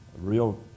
real